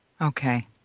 Okay